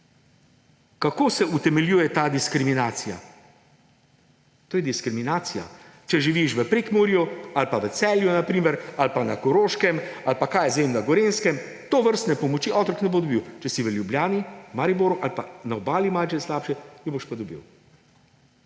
Kako se utemeljuje ta diskriminacija? To je diskriminacija. Če živiš v Prekmurju, ali pa v Celju na primer, ali pa na Koroškem, ali pa, kaj jaz vem, na Gorenjskem, tovrstne pomoči otrok ne bo dobil. Če si v Ljubljani, Mariboru ali pa na Obali – malce slabše –, jo boš pa dobil!